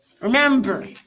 remember